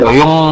yung